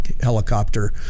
helicopter